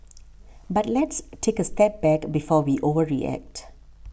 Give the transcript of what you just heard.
but let's take a step back before we overreact